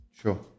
Sure